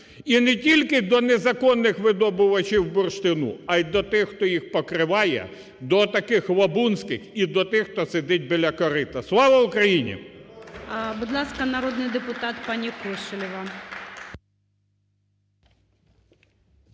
і не тільки до незаконних видобувачів бурштину, а до тих, хто їх покриває, до таких лабунських і до тих, хто сидить біля корита. Слава Україні!